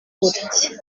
gutya